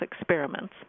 experiments